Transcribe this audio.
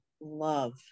love